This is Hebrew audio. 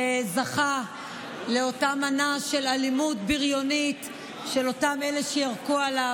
שזכה לאותה מנה של אלימות בריונית מאותם אלה שירקו עליו.